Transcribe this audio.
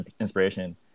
inspiration